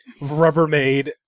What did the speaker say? rubbermaid